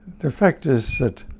the fact is that